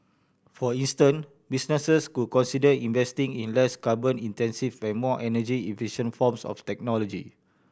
for instance businesses could consider investing in less carbon intensive and more energy efficient forms of technology